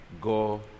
Go